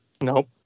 Nope